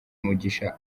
mugisha